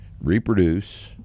reproduce